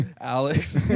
Alex